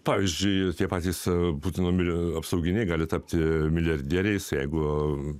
pavyzdžiui tie patys būti numerio apsauginiai gali tapti milijardieriais jeigu